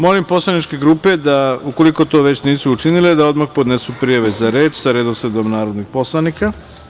Molim poslaničke grupe, ukoliko to već nisu učinile, da odmah podnesu prijave za reč sa redosledom narodnih poslanika.